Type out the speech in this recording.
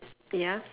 ya